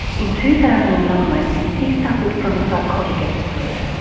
in two thousand and nine he suffered from a psychotic episode.